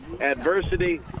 adversity